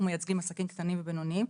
אנחנו מייצגים עסקים קטנים ובינוניים.